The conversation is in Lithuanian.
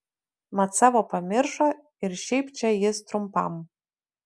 mat savo pamiršo ir šiaip čia jis trumpam